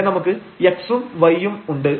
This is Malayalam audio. ഇവിടെ നമുക്ക് x ഉം y ഉം ഉണ്ട്